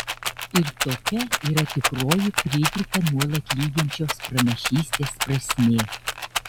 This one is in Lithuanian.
ir tokia yra tikroji frydrichą nuolat lydinčios pranašystės prasmė